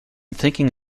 thinking